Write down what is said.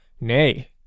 nay